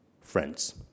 friends